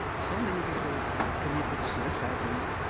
so many people committed suicide, you know?